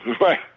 Right